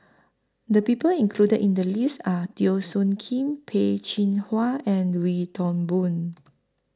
The People included in The list Are Teo Soon Kim Peh Chin Hua and Wee Toon Boon